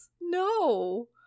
No